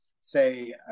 say